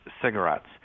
cigarettes